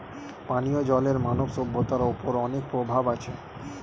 পানিও জলের মানব সভ্যতার ওপর অনেক প্রভাব আছে